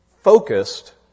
focused